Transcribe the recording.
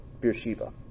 Beersheba